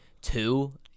two